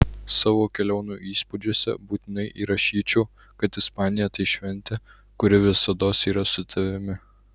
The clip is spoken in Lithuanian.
savo kelionių įspūdžiuose būtinai įrašyčiau kad ispanija tai šventė kuri visados yra su tavimi